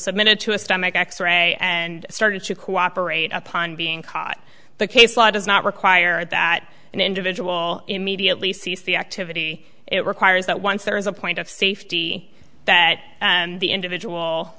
submitted to a stomach x ray and started to cooperate upon being caught the case law does not require that an individual immediately cease the activity it requires that once there is a point of safety that the individual